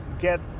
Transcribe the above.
get